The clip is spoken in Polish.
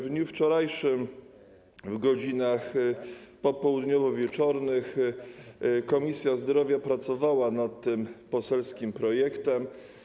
W dniu wczorajszym w godzinach popołudniowo-wieczornych Komisja Zdrowia pracowała nad tym poselskim projektem.